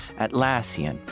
Atlassian